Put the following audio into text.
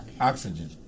oxygen